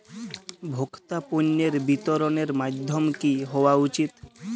ভোক্তা পণ্যের বিতরণের মাধ্যম কী হওয়া উচিৎ?